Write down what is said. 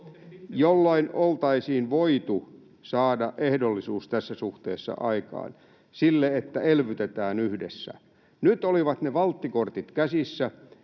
jolloin oltaisiin voitu saada ehdollisuus tässä suhteessa aikaan sille, että elvytetään yhdessä. Nyt olivat ne valttikortit käsissä,